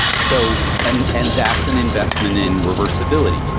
so and and that's an investment in reversibility,